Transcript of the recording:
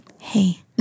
hey